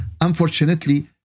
unfortunately